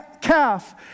calf